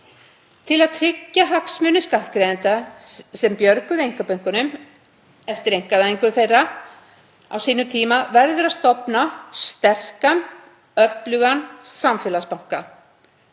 Til að tryggja hagsmuni skattgreiðenda sem björguðu einkabönkunum eftir einkavæðingu þeirra á sínum tíma verður að stofna sterkan og öflugan samfélagsbanka.